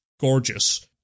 gorgeous